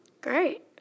Great